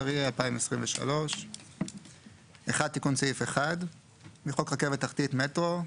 התשפ"ג-2023 תיקון סעיף 1 1. בחוק רכבת תחתית (מטרו),